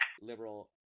Liberal